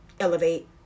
Elevate